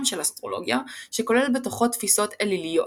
של אסטרולוגיה שכולל בתוכו תפיסות אליליות.